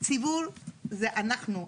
ציבור זה אנחנו.